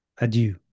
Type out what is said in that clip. adieu